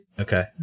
Okay